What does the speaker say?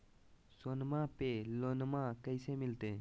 सोनमा पे लोनमा कैसे मिलते?